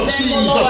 Jesus